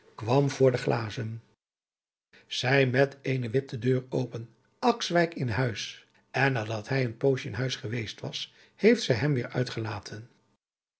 kwam voor de glazen zij met eene wip de deur open akswijk in huis en nadat hij een poosje in huis geweest was heeft zij hem weer uitgelaten